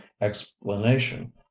explanation